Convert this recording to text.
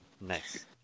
Nice